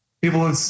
people